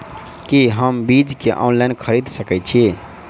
की हम बीज केँ ऑनलाइन खरीदै सकैत छी?